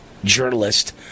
journalist